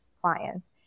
clients